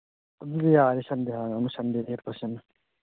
ꯑꯗꯨꯗꯤ ꯌꯥꯔꯦ ꯁꯟꯗꯦ ꯍꯥꯡꯉꯝꯅ ꯁꯟꯗꯦ ꯂꯦꯞꯄꯁꯤꯅꯦ